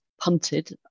punted